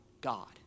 God